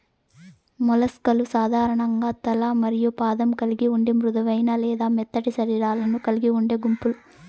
mollusc లు సాధారణంగా తల మరియు పాదం కలిగి ఉండి మృదువైన లేదా మెత్తటి శరీరాలను కలిగి ఉండే గుంపులు